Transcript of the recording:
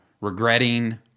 regretting